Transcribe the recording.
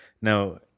now